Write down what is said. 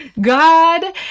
God